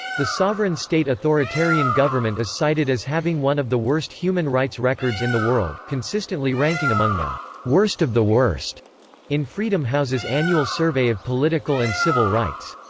the sovereign state authoritarian government is cited as having one of the worst human rights records in the world, consistently ranking among the worst of the worst in freedom house's annual survey of political and civil rights.